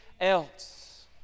else